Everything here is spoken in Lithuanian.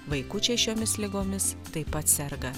vaikučiai šiomis ligomis taip pat serga